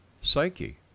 psyche